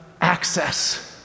access